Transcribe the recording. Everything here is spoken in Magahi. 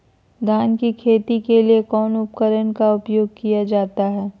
धान की सिंचाई के लिए कौन उपकरण का उपयोग किया जाता है?